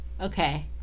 Okay